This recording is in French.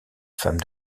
femme